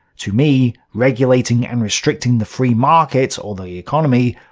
to me, regulating and restricting the free market, or the economy,